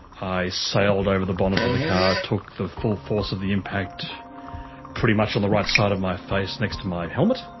i sailed over the bonnet of the car, took the full force of the impact pretty much on the right side of my face next to my helmet,